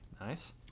Nice